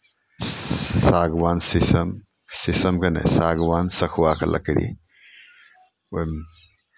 सागवान शीशम शीशमके नहि सागवान सखुआके लकड़ी ओहिमे